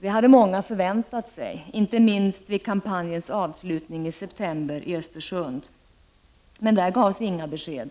Det hade många förväntat sig, inte minst vid kampanjens avslutning i september i Östersund. Men där gavs inga besked.